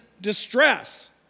distress